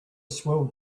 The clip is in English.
swell